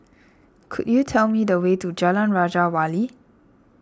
could you tell me the way to Jalan Raja Wali